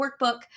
workbook